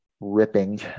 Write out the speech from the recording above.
ripping